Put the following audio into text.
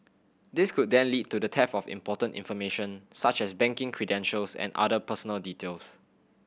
this could then lead to the theft of important information such as banking credentials and other personal details